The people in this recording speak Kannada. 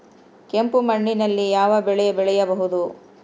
ಕೆಂಪು ಮಣ್ಣಿನಲ್ಲಿ ಯಾವ ಬೆಳೆ ಬೆಳೆಯಬಹುದು?